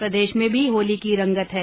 प्रदेश में भी होली की रंगत है